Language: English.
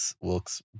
Wilkes